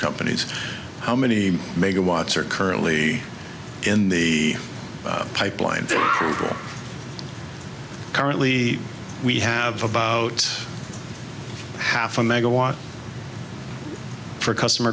companies how many megawatts are currently in the pipeline currently we have about half a megawatt for customer